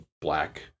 black